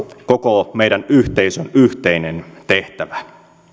koko meidän yhteisön yhteinen tehtävä